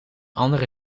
andere